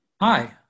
Hi